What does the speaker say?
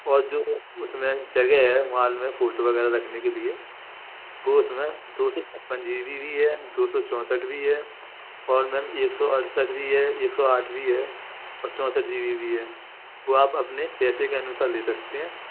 और जो उसमें जगह है में फ़ोटो वगैरह रखने के लिए वो उसमें दो सौ छप्पन जी बी भी है दो सौ चौंसठ भी है और मैम एक सौ अड़सठ भी है एक सौ आठ भी है और चौंसठ जी बी भी है वो आप अपने पैसे के अनुसार ले सकते हैं